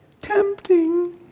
tempting